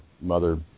mother